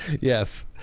Yes